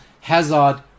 Hazard